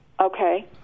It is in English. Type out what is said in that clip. Okay